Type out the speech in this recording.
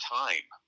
time